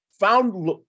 found